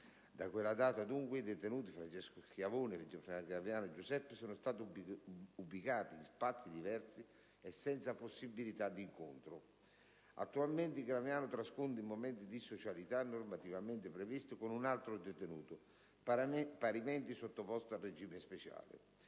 Da quella data, dunque, i detenuti Francesco Schiavone e Giuseppe Graviano sono stati ubicati in spazi diversi e senza possibilità di incontro. Attualmente, il Graviano trascorre i momenti di socialità normativamente previsti con un altro detenuto, parimenti sottoposto al regime speciale;